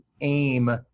aim